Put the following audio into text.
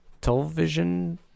television